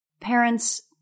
parents –